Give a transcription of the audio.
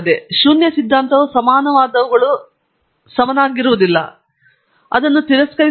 ಶೂನ್ಯ ಸಿದ್ಧಾಂತವು ಸಮಾನವಾದವುಗಳು ಸಮನಾಗಿರುವುದಿಲ್ಲ ಅದನ್ನು ತಿರಸ್ಕರಿಸಬೇಕು